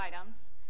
items